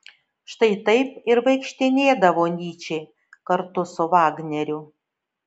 štai taip ir vaikštinėdavo nyčė kartu su vagneriu